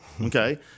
okay